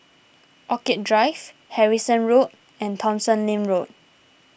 Orchid Drive Harrison Road and Tomsonlin Road